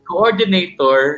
Coordinator